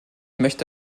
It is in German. möchte